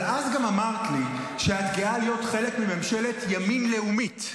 אבל אז גם אמרת לי שאת גאה להיות חלק מממשלת ימין לאומית.